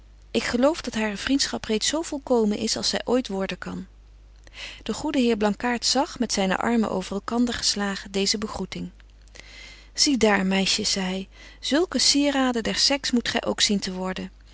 ik geloof dat hare vriendschap reeds zo volkomen is als zy ooit worden kan de goede heer blankaart zag met zyne armen over elkander geslagen deeze begroeting zie daar meisjes zei hy zulke sieraden der sex moet gy ook zien te worden